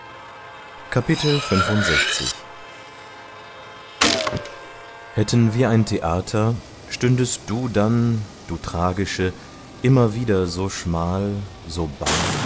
hätten wir ein theater stündest du dann du tragische immer wieder so schmal so bar